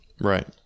Right